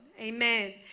Amen